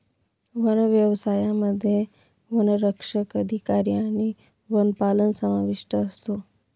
one व्यवसायामध्ये वनसंरक्षक अधिकारी आणि वनपाल समाविष्ट असतो